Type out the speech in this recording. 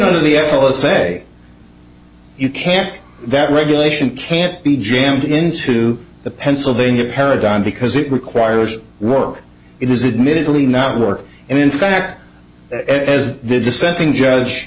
know the analysts say you can't that regulation can't be jammed into the pennsylvania paradigm because it requires work it is admitted really not work and in fact as the dissenting judge